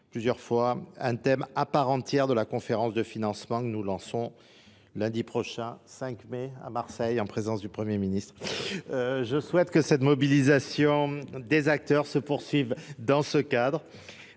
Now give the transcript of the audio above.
plusieurs fois, un thème à part entière de la conférence de financement que nous lançons Lundi prochain, 5 mai, à Marseille, en présence du Premier Ministre. Je souhaite que cette mobilisation des acteurs se poursuive dans ce cadre,